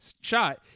shot